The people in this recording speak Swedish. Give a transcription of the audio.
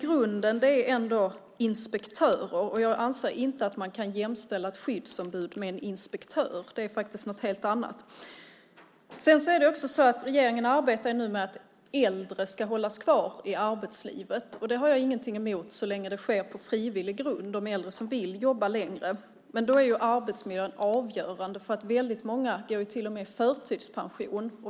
Grunden är ändå inspektörerna. Jag anser inte att man kan jämställa ett skyddsombud med en inspektör. Det är faktiskt något helt annat. Regeringen arbetar nu med att äldre ska hållas kvar i arbetslivet. Det har jag ingenting emot så länge det sker på frivillig grund för de äldre som vill jobba längre. Då är arbetsmiljön avgörande. Många går ju till och med i förtidspension.